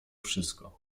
wszystko